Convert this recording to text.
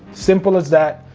simple as that,